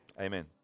Amen